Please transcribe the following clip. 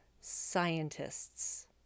scientists